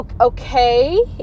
Okay